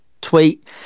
tweet